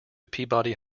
peabody